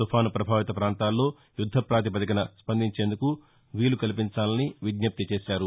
తుపాను ప్రభావిత ప్రాంతాల్లో యుద్గప్రాతిపదికన స్పందించేందుకు వీలు కల్పించాలని విజ్ఞప్తిచేశారు